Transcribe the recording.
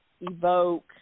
evoke